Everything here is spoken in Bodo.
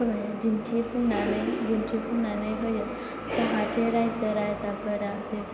दिन्थिफुंनानै होयो जाहाथे रायजो राजाफोरा